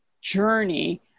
journey